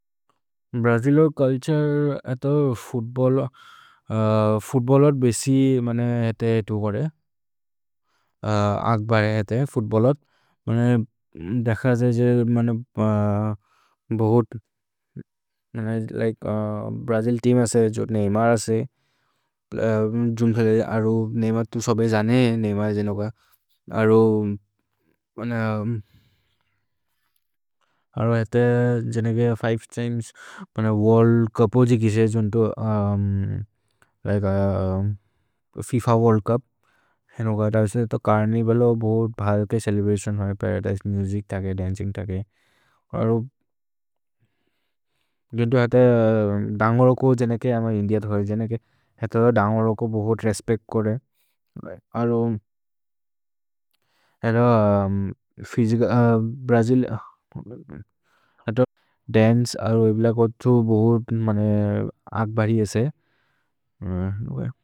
भ्रजिलो चुल्तुरे, फुत्बोलो, फुत्बोलो बेसि एतो गोरे। अग्बर् एतो फुत्बोलो। देख ज जे बहोत्, भ्रजिल् तेअम् असे, नेय्मर् असे। अरु नेय्मर्, तु सोभे जने नेय्मर् जेनो ग। अरु जेनेगे फिवे तिमेस् वोर्ल्द् चुपो जे किसे जुन्तो। FIFA world cup. एतो चर्निवलो बहोत् भल्के चेलेब्रतिओन् होइ। परदिसे मुसिच् तके, दन्चिन्ग् तके। अरु जुन्तो जेनेगे दन्गरो को बहोत् रेस्पेच्त् कोरे। अरु ब्रजिल् दन्चे अरु एविल कोतु बहोत् अग्बरि एसे।